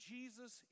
Jesus